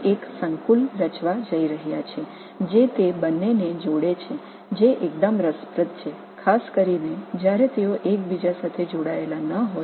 அவைகள் காம்ப்ளெக்சய் உருவாக்கப் போகின்றதா குறிப்பாக அவை ஒன்றுக்கொன்று இணைக்கப்படாதபோது